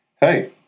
Hey